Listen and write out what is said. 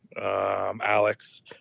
Alex